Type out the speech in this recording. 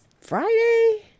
Friday